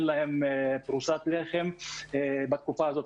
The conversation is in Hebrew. אין להם פרוסת לחם בתקופה הזאת,